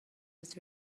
was